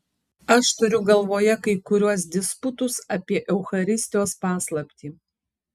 aš turiu galvoje kai kuriuos disputus apie eucharistijos paslaptį